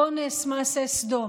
אונס, מעשה סדום,